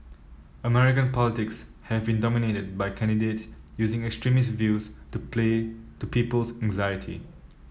American politics have in dominated by candidates using extremist views to play to people's anxiety